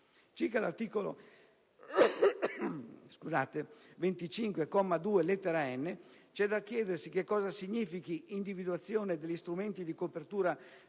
Circa l'articolo 25, comma 2, lettera *m*), c'è da chiedersi che cosa significhi «individuazione degli strumenti di copertura